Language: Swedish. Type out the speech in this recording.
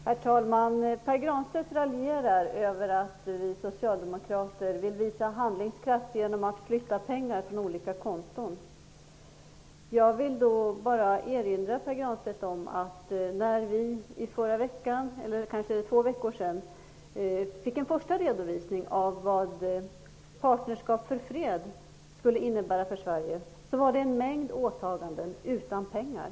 Herr talman! Pär Granstedt raljerar över att vi socialdemokrater vill visa handlingskraft genom att flytta pengar mellan olika konton. Jag vill då erinra Pär Granstedt om att vi för två veckor sedan fick en första redovisning av vad Partnerskap för fred skulle innebära för Sverige. Det redovisades en mängd åtaganden utan pengar.